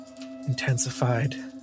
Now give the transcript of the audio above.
intensified